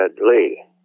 Lee